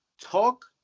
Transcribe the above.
talk